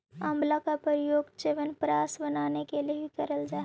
आंवला का प्रयोग च्यवनप्राश बनाने के लिए भी करल जा हई